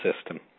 system